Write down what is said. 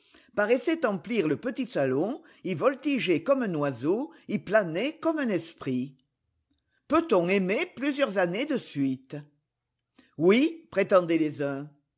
paraissait emplir le petit salon y voltiger comme un oiseau y planer comme un esprit peut-on aimer plusieurs années de suite oui prétendaient les uns